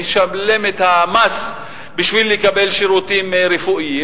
משלם את המס בשביל לקבל שירותים רפואיים,